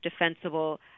defensible